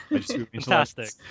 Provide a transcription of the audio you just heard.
Fantastic